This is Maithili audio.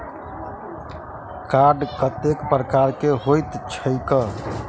कार्ड कतेक प्रकारक होइत छैक?